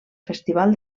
festival